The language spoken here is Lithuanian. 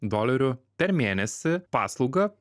dolerių per mėnesį paslaugą